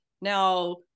Now